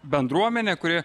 bendruomenė kuri